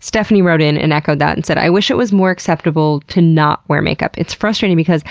stephanie wrote in and echoed that and said, i wish it was more acceptable to not wear makeup. it's frustrating because